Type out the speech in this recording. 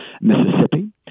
Mississippi